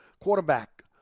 quarterback